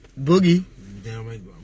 boogie